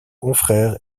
confrère